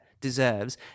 deserves